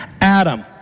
Adam